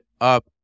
up